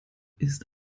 ist